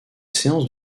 séance